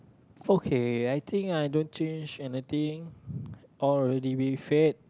okay I think don't change anything all already we've had